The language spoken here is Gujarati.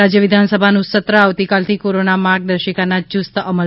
રાજ્ય વિધાનસભાનું સત્ર આવતીકાલથી કોરોના માર્ગદર્શિકાના યૂસ્ત અમલ